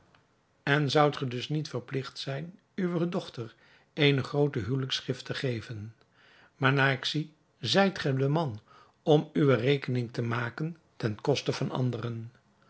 en zoudt ge dus niet verpligt zijn uwe dochter eene groote huwelijksgift te geven maar naar ik zie zijt gij de man om uwe rekening te maken ten koste van anderen